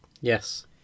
Yes